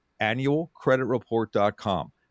annualcreditreport.com